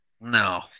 no